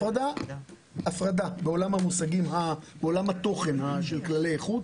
הפרדה בעולם התוכן של כללי איכות